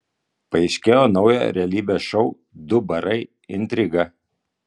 paaiškėjo naujo realybės šou du barai intriga